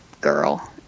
girl